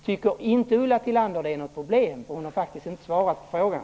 Tycker inte Ulla Tillander att det är ett problem? Hon har faktiskt inte svarat på frågan.